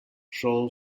show